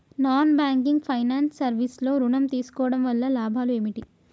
Non banking finance service లో ఋణం తీసుకోవడం వల్ల లాభాలు ఏమిటి?